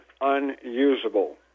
unusable